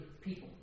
people